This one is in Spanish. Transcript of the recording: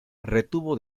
retuvo